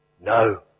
No